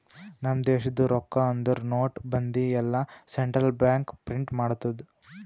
ನಮ್ ದೇಶದು ರೊಕ್ಕಾ ಅಂದುರ್ ನೋಟ್, ಬಂದಿ ಎಲ್ಲಾ ಸೆಂಟ್ರಲ್ ಬ್ಯಾಂಕ್ ಪ್ರಿಂಟ್ ಮಾಡ್ತುದ್